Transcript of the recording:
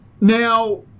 Now